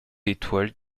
étoiles